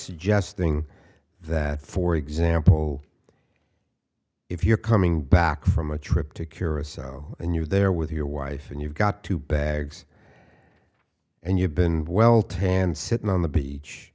suggesting that for example if you're coming back from a trip to curacao and you there with your wife and you've got two bags and you've been well tanned sitting on the beach